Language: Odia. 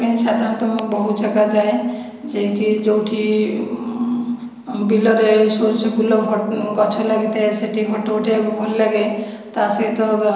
ପାଇଁ ସାଧାରଣତଃ ମୁଁ ବହୁତ ଜାଗା ଯାଏ ଯେକି ଯେଉଁଠି ବିଲରେ ସୋରିଷ ଫୁଲ ଗଛ ଲାଗିଥାଏ ସେଠି ଫଟୋ ଉଠାଇବାକୁ ଭଲ ଲାଗେ ତା'ସହିତ